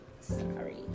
Sorry